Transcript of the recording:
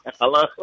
Hello